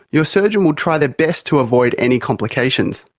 your surgeon will try their best to avoid any complications.